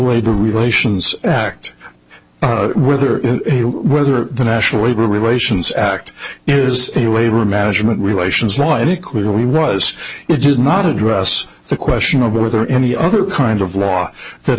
labor relations act whether whether the national labor relations act is a labor management relations not equally was it did not address the question of whether any other kind of law that